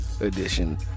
edition